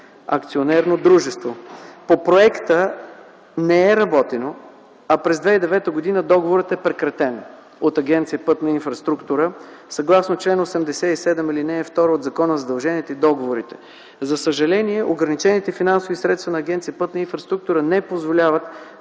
„Биндер” АД. По проекта не е работено, а през 2009 г. договорът е прекратен от Агенция „Пътна инфраструктура”, съгласно чл. 87, ал. 2 от Закона за задълженията и договорите. За съжаление ограничените финансови средства на Агенция „Пътна инфраструктура” не позволяват